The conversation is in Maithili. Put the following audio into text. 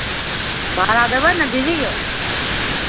भाड़ा देबै ने दीदी यौ